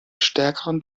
stärkeren